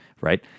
right